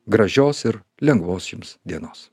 gražios ir lengvos jums dienos